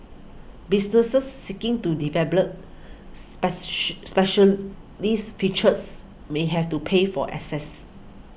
businesses seeking to specialised features may have to pay for access